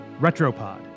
Retropod